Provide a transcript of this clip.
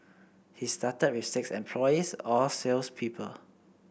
he started with six employees all sales people